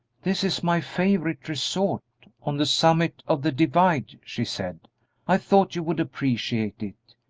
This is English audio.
this is my favorite resort on the summit of the divide, she said i thought you would appreciate it.